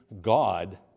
God